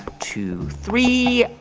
two, three.